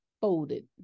folded